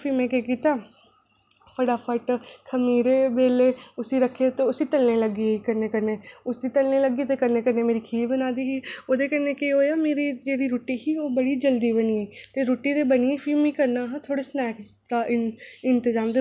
जो बी चीज़ देनी होऐ कुसै गी ते अच्छे मन कन्नै देओ खुशी कन्नै देओ ध्यारे ई अच्छे बोल्लो कुसै कन्नै देने गी नेईं बी जुड़दा तां बी बच्चें कन्नै स्याने कन्नै सारें कन्नै ते अपने मोमबत्तियां जगाओ अगरबत्तियां जगाओ